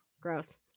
Gross